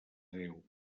déu